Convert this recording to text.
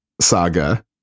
saga